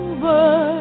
Over